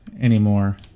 anymore